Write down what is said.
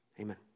Amen